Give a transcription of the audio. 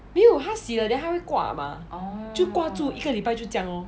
没有他洗了 then 他会挂 mah 就挂着一个礼拜就这样 loh